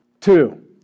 Two